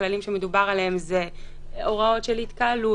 הכללים שמדובר עליהם אלה הוראות של התקהלות,